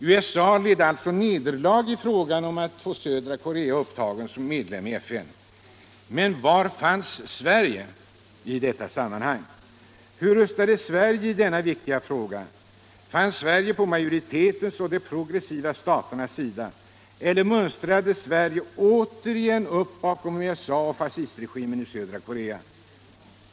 USA led alltså nederlag i frågan om att få södra Korea upptaget som medlem i FN. Men var fanns Sverige i detta sammanhang? Hur röstade Sverige i denna viktiga fråga? Fanns Sverige på majoritetens och de progressiva staternas sida eller mönstrade Sverige återigen upp bakom USA och fascistregeringen i södra Korea?